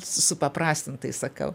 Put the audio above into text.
supaprastintai sakiau